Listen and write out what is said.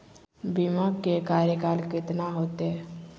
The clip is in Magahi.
बीमा के कार्यकाल कितना होते?